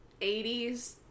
80s